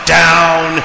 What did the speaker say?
down